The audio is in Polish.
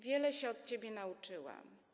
Wiele się od ciebie nauczyłam.